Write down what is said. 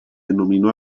denominó